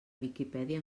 viquipèdia